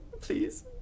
please